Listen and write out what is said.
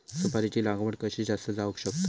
सुपारीची लागवड कशी जास्त जावक शकता?